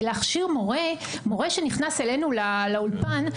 להכשיר מורה מורה שנכנס אלינו לאולפן,